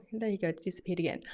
there you go. it's disappeared again.